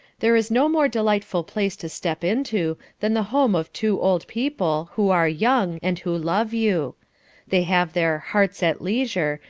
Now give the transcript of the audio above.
there is no more delightful place to step into, than the home of two old people, who are young, and who love you they have their hearts at leisure,